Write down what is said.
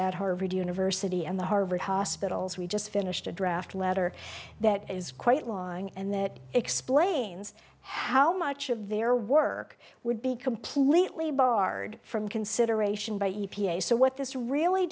at harvard university and the harvard hospitals we just finished a draft letter that is quite long and that explains how much of their work would be completely barred from consideration by e p a so what this really